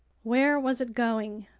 where was it going?